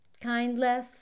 kindless